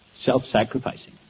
self-sacrificing